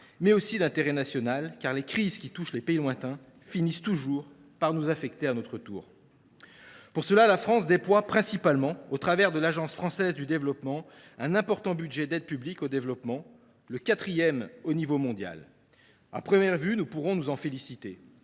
mais aussi d’intérêt national, car les crises qui touchent des pays lointains finissent toujours par nous affecter à notre tour. Pour cela, la France déploie, principalement au travers de l’AFD, un important budget d’aide publique au développement, le quatrième au niveau mondial. À première vue, nous pourrions nous en féliciter.